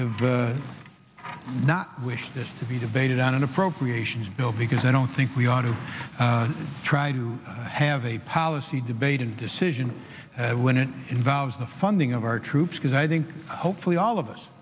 have not wish this to be debated on an appropriations bill because i don't think we ought to try to have a policy debate and decision when it involves the funding of our troops because i think hopefully all of us